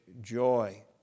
joy